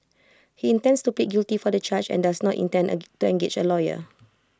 he intends to plead guilty for the charge and does not intend A to engage A lawyer